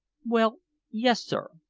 well yes, sir.